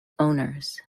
owners